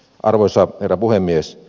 arvoisa herra puhemies